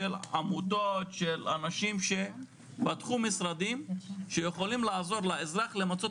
של עמותות של אנשים שפתחו משרדים שיכולים לעזור לאזרח למצות